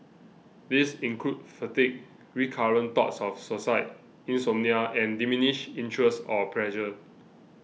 these include fatigue recurrent thoughts of suicide insomnia and diminished interest or pleasure